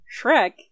shrek